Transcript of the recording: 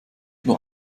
nur